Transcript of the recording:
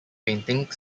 painting